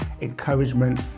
encouragement